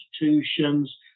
institutions